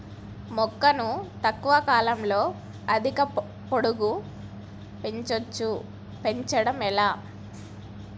మొక్కను తక్కువ కాలంలో అధిక పొడుగు పెంచవచ్చా పెంచడం ఎలా?